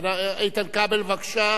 איתן כבל, בבקשה.